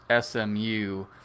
SMU